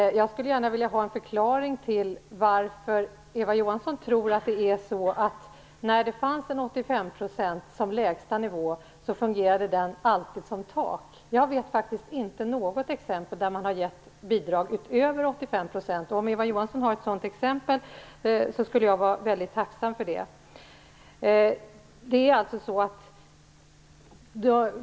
När det fanns en gräns på 85 % som lägsta nivå fungerade den alltid som tak. Jag skulle gärna vilja veta vad Eva Johansson tror om anledningen till det. Jag vet faktiskt inte något exempel där man har gett bidrag utöver 85 %. Om Eva Johansson har ett sådant exempel skulle jag vara tacksam att få höra det.